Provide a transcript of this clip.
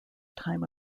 time